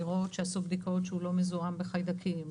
לראות שעשו בדיקות שהוא לא מזוהם בחיידקים,